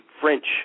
French